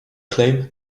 claim